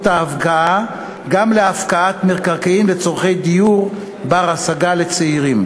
ההפקעה גם להפקעת מקרקעין לצורכי דיור בר-השגה לצעירים.